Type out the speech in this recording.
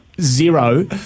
zero